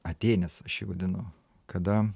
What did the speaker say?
atėnės aš jį vadinu kada